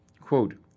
Quote